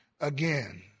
again